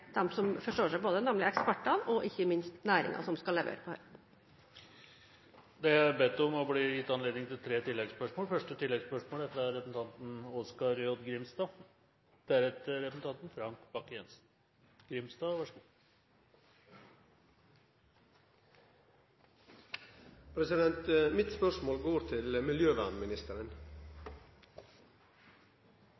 dem som forstår seg på det, nemlig ekspertene, og ikke minst næringen, som skal levere på dette. Det er anmodet om tre oppfølgingsspørsmål, og det blir gitt anledning til det. Første oppfølgingsspørsmål er fra representanten Oskar J. Grimstad. Mitt spørsmål går til miljøvernministeren. Det er tillatt å stille spørsmål til